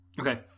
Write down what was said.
Okay